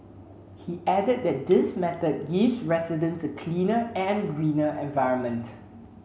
he added that this method gives residents a cleaner and greener environment